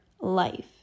life